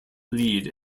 lead